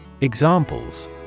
Examples